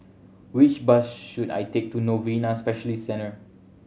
which bus should I take to Novena Specialist Centre